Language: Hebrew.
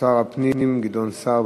שר הפנים גדעון סער.